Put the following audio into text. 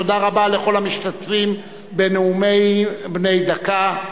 תודה רבה לכל המשתתפים בנאומים בני דקה.